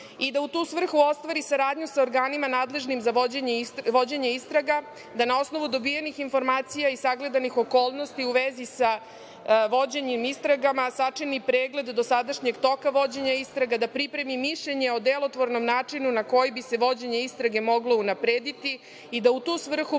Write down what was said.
i da u tu svrhu ostvari saradnju sa organima nadležnim za vođenje istraga, da na osnovu dobijenih informacija i sagledanih okolnosti u vezi sa vođenim istragama sačini pregled dosadašnjeg toga vođenja istraga, da pripremi mišljenje o delotvornom načinu na koji bi se vođenje istrage moglo unaprediti i da u tu svrhu